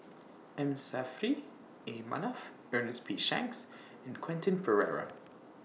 M Saffri A Manaf Ernest P Shanks and Quentin Pereira